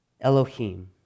Elohim